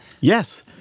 Yes